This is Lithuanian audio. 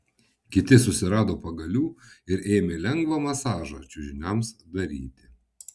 kiti susirado pagalių ir ėmė lengvą masažą čiužiniams daryti